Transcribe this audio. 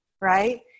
right